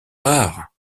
rares